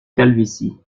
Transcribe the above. calvitie